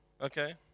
Okay